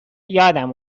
یادم